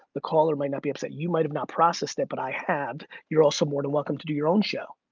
the caller might not be upset. you might've not processed it, but i have. you're also more than welcome to do your own show.